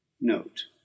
note